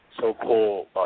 so-called